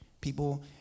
people